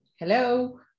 Hello